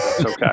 Okay